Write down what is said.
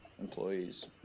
Employees